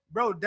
Bro